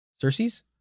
Circe's